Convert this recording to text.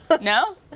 No